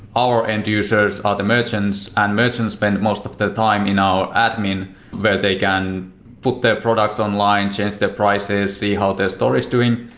our end users are the merchants, and merchants spend most of the time in our admin where they can put their products online, change their prices, see how the store is doing.